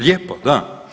Lijepo, da.